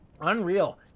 Unreal